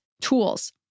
tools